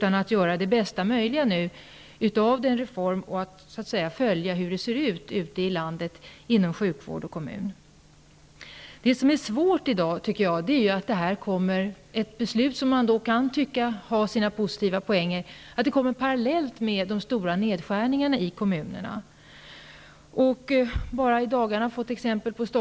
Vi får göra det bästa möjliga nu av reformen och följa upp situationen ute i landet inom sjukvården och i kommunerna. Det som är svårt är att ett beslut som man kan tycka har positiva poänger kommer parallellt med de stora nedskärningarna i kommunerna. Vi har i dagarna sett exempel på detta.